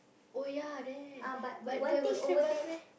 oh ya there but there got straight bus meh